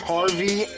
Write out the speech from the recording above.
Harvey